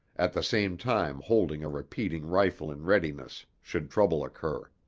at the same time holding a repeating rifle in readiness should trouble occur.